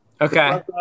okay